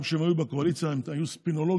הוא שגם כשהם היו בקואליציה הם היו ספינולוגים,